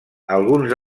alguns